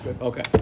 Okay